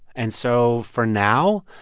and so for now,